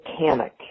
mechanic